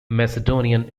macedonian